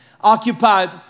occupied